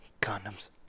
Condoms